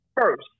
first